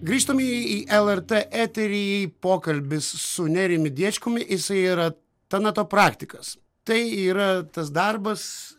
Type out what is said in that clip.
grįžtam į į lrt eterį į pokalbį su nerijumi diečkumi jisai yra tanato praktikas tai yra tas darbas